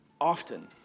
often